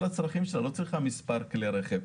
הצרכים שלה והיא לא צריכה מספר כלי רכב.